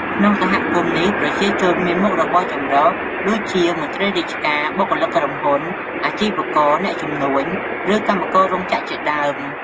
ក្នុងសហគមន៍នេះ ប្រជាជនមានមុខរបរចម្រុះ ដូចជាមន្ត្រីរាជការ បុគ្គលិកក្រុមហ៊ុន អាជីវករ អ្នកជំនួញ ឬកម្មកររោងចក្រជាដើម។